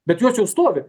bet jos jau stovi